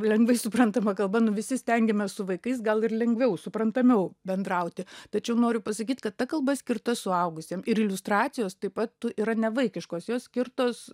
lengvai suprantama kalba nu visi stengiamės su vaikais gal ir lengviau suprantamiau bendrauti tačiau noriu pasakyt kad ta kalba skirta suaugusiem ir iliustracijos taip pat yra nevaikiškos jos skirtos